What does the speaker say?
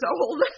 old